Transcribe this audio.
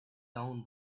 down